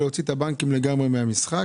סבור שיש להוציא את הבנקים לגמרי מן המשחק,